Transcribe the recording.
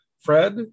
Fred –